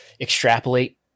extrapolate